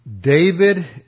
David